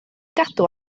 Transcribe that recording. gadw